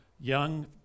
young